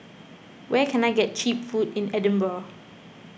where can I get Cheap Food in Edinburgh